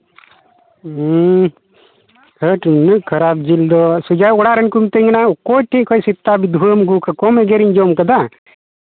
ᱦᱮᱸ ᱦᱮ ᱴ ᱱᱩᱱᱟᱹᱜ ᱠᱷᱟᱨᱟᱯ ᱡᱤᱞ ᱫᱚ ᱥᱳᱡᱟ ᱚᱲᱟᱜ ᱨᱮᱱ ᱠᱚ ᱢᱤᱛᱟᱹᱧ ᱠᱟᱱᱟ ᱚᱠᱚᱭ ᱴᱷᱮᱱ ᱠᱷᱚᱱ ᱥᱮᱛᱟ ᱵᱤᱫᱷᱩᱣᱟᱹᱢ ᱟᱹᱜᱩ ᱠᱟᱜ ᱠᱚᱢ ᱮᱜᱮᱨᱤᱧ ᱡᱚᱢ ᱠᱟᱫᱟ